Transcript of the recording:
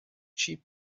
sheep